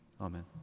Amen